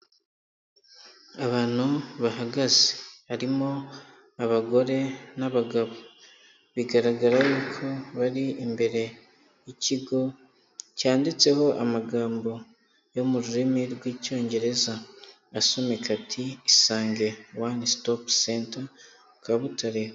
Abantu bahagaz. Harimo: abagore n'abagabo. Bigaragara yuko bari imbere y'ikigo cyanditseho amagambo yo mu rurimi rw'Icyongereza, asomeka ati: ''Isange One Stop Center, Kabutare...